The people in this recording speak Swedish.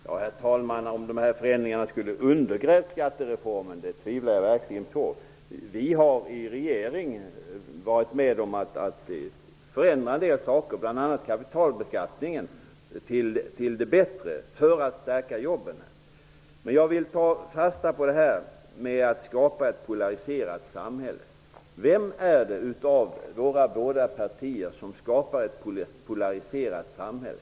Herr talman! Att dessa förändringar skulle ha undergrävt skattereformen tvivlar jag verkligen på. Vi har i regeringsställning varit med om att förändra en del saker, bl.a. kapitalinkomstbeskattningen, till det bättre för att stärka jobben. Jag vill ta fasta på det som sades om att skapa ett polariserat samhälle. Vilket av våra båda partier är det som skapar ett polariserat samhälle?